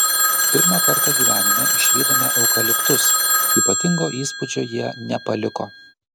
pirmą kartą gyvenime išvydome eukaliptus ypatingo įspūdžio jie nepaliko